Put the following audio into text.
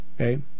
okay